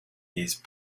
these